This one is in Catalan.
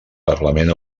parlament